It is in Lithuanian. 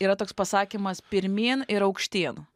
yra toks pasakymas pirmyn ir aukštyn